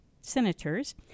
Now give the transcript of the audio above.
senators